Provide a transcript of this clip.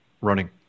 running